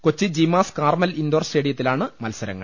കൊച്ചി ജീമാസ് Carmel indoor സ്റ്റേഡിയത്തിലാണ് മത്സരങ്ങൾ